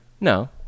No